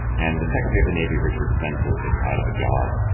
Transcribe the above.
and the secretary of the navy, richard spencer, is out of a job.